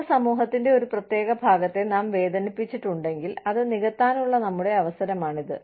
മുമ്പ് സമൂഹത്തിന്റെ ഒരു പ്രത്യേക ഭാഗത്തെ നാം വേദനിപ്പിച്ചിട്ടുണ്ടെങ്കിൽ അത് നികത്താനുള്ള നമ്മുടെ അവസരമാണിത്